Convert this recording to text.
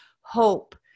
hope